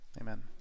amen